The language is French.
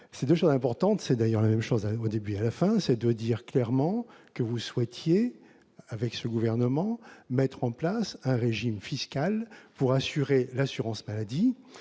c'est déjà importante, c'est d'ailleurs la même chose, allez au début et à la fin, c'est de dire clairement que vous souhaitiez avec ce gouvernement, mettre en place un régime fiscal pour assurer l'assurance maladie